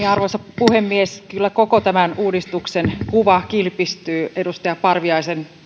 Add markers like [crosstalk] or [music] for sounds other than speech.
[unintelligible] arvoisa puhemies kyllä koko tämän uudistuksen kuva kilpistyy edustaja parviaisen